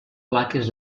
plaques